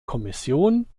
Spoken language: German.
kommission